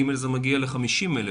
ג' זה מגיע ל-50,000.